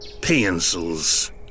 pencils